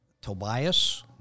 Tobias